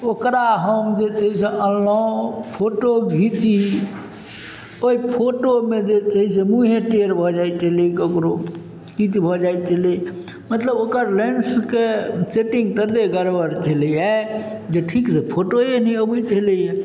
ओकरा हम जे छै से अनलहुॅं फोटो घीची ओहि फोटोमे जे छै से मुँहे टेढ़ भऽ जाइत छलै ककरो किछु भऽ जाइत छलै मतलब ओकर लेन्सके सेटिंग तऽ गड़बड़ छलैए जे ठीकसँ फोटोए नहि अबैत छलैया